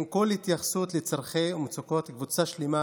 אין כל התייחסות לצרכים ולמצוקות של קבוצה שלמה